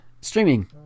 streaming